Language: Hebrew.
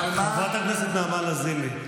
חברת הכנסת נעמה לזימי,